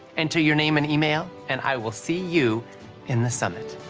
enter your name and email and i will see you in the summit.